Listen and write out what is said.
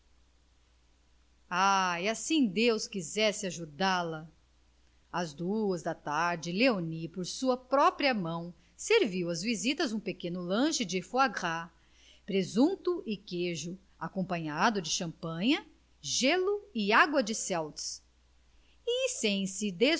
ai assim deus quisesse ajudá-la às duas da tarde léonie por sua própria mão serviu às visitas um pequeno lanche de foie gras presunto e queijo acompanhado de champanha gelo e água de seltz e